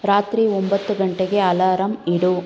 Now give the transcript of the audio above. ರಾತ್ರಿ ಒಂಬತ್ತು ಗಂಟೆಗೆ ಅಲಾರಾಂ ಇಡು